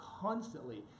constantly